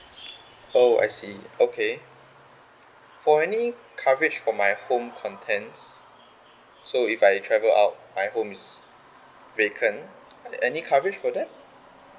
oh I see okay for any coverage for my home contents so if I travel out my home is vacant a~ any coverage for that